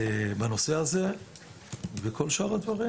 כל השאר הדברים